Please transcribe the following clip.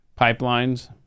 pipelines